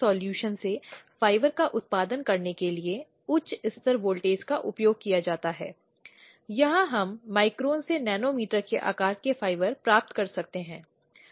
लेकिन आंतरिक शिकायत समिति को स्वतंत्र रूप से सत्यापित और समझना होगा और स्वयं के लिए संतुष्ट होना चाहिए कि शिकायतकर्ता द्वारा प्रतिवादी के खिलाफ जो आरोप लगाए गए हैं वह सत्य है और पार्टियों के इस कथन से उन प्रश्नों को समझा जा सकता है जो उनके लिए लगाए गए हैं